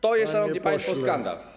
To jest, szanowni państwo, skandal.